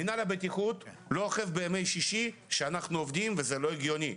מינהל הבטיחות לא אוכף בימי שישי כשאנחנו עובדים וזה לא הגיוני.